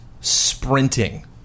sprinting